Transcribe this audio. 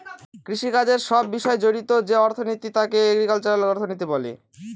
কৃষিকাজের সব বিষয় জড়িত যে অর্থনীতি তাকে এগ্রিকালচারাল অর্থনীতি বলে